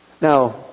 Now